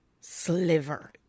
Sliver